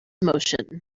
motion